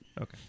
Okay